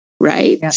right